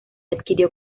adquirió